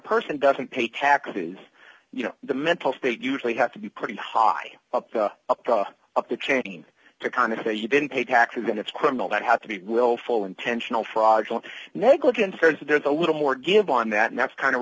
person doesn't pay taxes you know the mental state usually have to be pretty high up the chain to kind of say you didn't pay taxes and it's criminal that has to be willful intentional fraudulent negligence or if there's a little more give on that and that's kind of